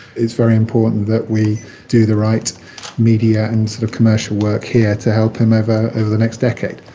it's very important that we do the right media and sort of commercial work here, to help him over over the next decade.